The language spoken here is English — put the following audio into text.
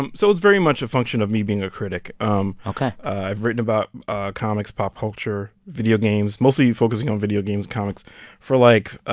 um so it's very much a function of me being a critic um ok i've written about ah comics, pop culture, video games mostly focusing on video games and comics for, like, ah